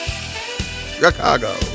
Chicago